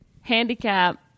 handicap